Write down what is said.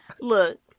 Look